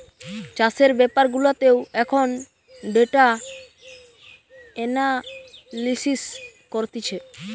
চাষের বেপার গুলাতেও এখন ডেটা এনালিসিস করতিছে